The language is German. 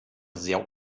sehr